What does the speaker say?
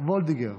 וולדיגר